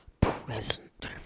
present